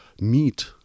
meet